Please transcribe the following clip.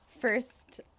first